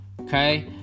okay